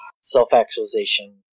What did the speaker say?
self-actualization